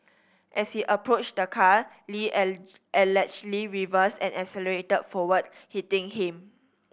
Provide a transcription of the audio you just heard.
as he approached the car Lee allegedly reversed and accelerated forward hitting him